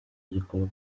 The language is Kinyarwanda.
gikorwa